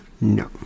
No